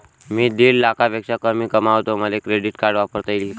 मी दीड लाखापेक्षा कमी कमवतो, मले क्रेडिट कार्ड वापरता येईन का?